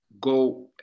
Go